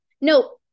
No